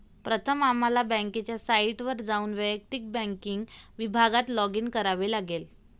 प्रथम आम्हाला बँकेच्या साइटवर जाऊन वैयक्तिक बँकिंग विभागात लॉगिन करावे लागेल